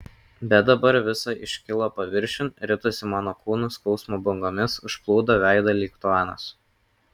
bet dabar visa iškilo paviršiun ritosi mano kūnu skausmo bangomis užplūdo veidą lyg tvanas